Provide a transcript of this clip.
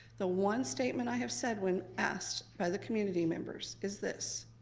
the one statement i have said when asked by the community members is this